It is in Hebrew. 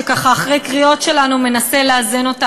שאחרי קריאות שלנו הוא מנסה לאזן אותה,